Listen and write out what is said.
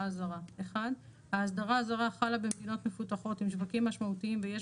הזרה: (1)האסדרה הזרה חלה במדינות מפותחות עם שווקים משמעותיים ויש